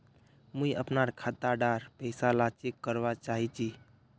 मुई अपना खाता डार पैसा ला चेक करवा चाहची?